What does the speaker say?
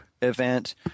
event